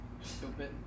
Stupid